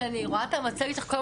אני רואה את המצגת שלך,